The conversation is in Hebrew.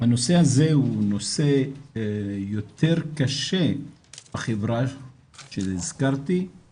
והנושא הזה הוא נושא יותר קשה בחברה שהזכרתי,